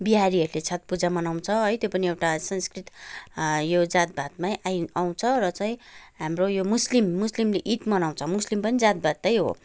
बिहारीहरूले छठ पूजा मनाउँछ है त्यो पनि एउटा संस्कृत यो जातभातमै आइ आउँछ र चाहिँ हाम्रो यो मुस्लिम मुस्लिमले ईद मनाउँछ मुस्लिम पनि जातभातै हो